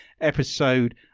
Episode